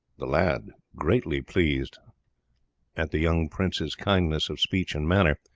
the lad, greatly pleased at the young prince's kindness of speech and manner,